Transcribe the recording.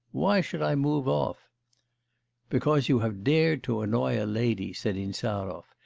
why should i move off because you have dared to annoy a lady said insarov,